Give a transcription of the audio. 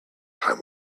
time